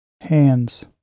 hands